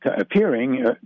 appearing